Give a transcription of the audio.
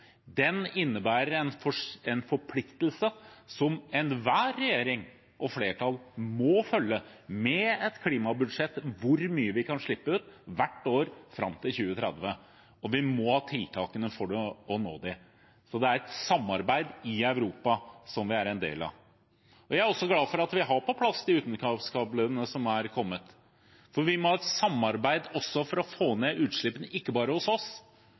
Den innebærer en forpliktelse som enhver regjering og ethvert flertall må følge, med et klimabudsjett for hvor mye vi kan slippe ut hvert år fram til 2030, og vi må ha tiltakene for å nå dem. Så det er et samarbeid i Europa som vi er en del av. Jeg er også glad for at vi har på plass de utenlandskablene som er kommet, for vi må ha et samarbeid for å få ned utslippene – ikke bare hos oss,